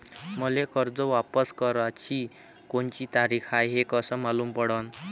मले कर्ज वापस कराची कोनची तारीख हाय हे कस मालूम पडनं?